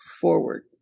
forward